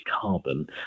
carbon